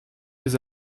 les